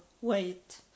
wait